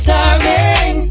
Starving